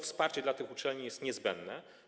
Wsparcie dla tych uczelni jest niezbędne.